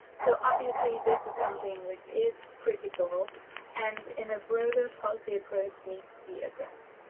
so, obviously, this is something which is critical and, in a broader policy approach, needs to be addressed.